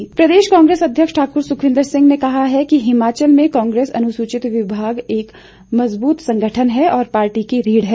सुक्खू प्रदेश कांग्रेस अध्यक्ष ठाकुर सुखविंद्र सिंह ने कहा है कि हिमाचल में कांग्रेस अनुसूचित विभाग एक मजबूत संगठन है और पार्टी की रीढ़ है